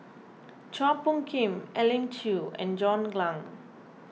Chua Phung Kim Elim Chew and John Clang